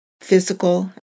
physical